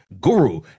guru